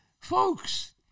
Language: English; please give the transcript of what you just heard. folks